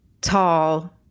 tall